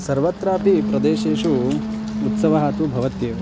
सर्वत्रापि प्रदेशेषु उत्सवः तु भवत्येव